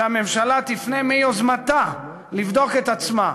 שהממשלה תפנה מיוזמתה לבדוק את עצמה.